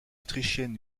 autrichienne